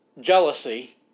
jealousy